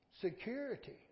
security